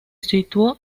situó